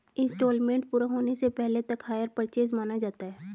instalment पूरा होने से पहले तक हायर परचेस माना जाता है